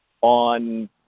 on